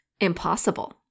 impossible